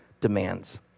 demands